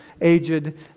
aged